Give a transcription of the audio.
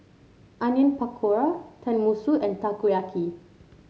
Onion Pakora Tenmusu and Takoyaki